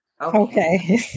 Okay